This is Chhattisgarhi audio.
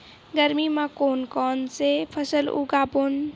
गरमी मा कोन कौन से फसल उगाबोन?